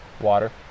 Water